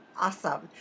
Awesome